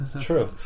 True